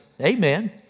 Amen